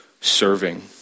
serving